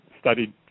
studied